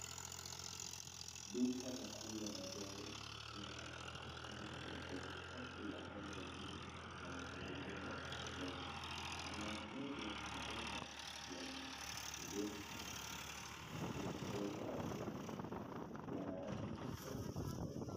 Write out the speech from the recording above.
Duka la kuuza magari, linavutia kwa usafi wa hali ya juu na mpangilio wa kupendeza. Magari mengi ya kupendeza yameegeshwa yakingoja wateja niya rangi tofautitofauti.